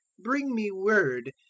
bring me word,